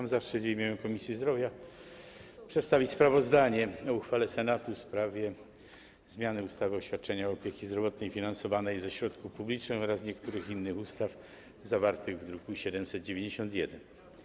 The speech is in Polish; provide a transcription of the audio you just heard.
Mam zaszczyt w imieniu Komisji Zdrowia przedstawić sprawozdanie o uchwale Senatu w sprawie ustawy o zmianie ustawy o świadczeniach opieki zdrowotnej finansowanych ze środków publicznych oraz niektórych innych ustaw, zawartej w druku nr 791.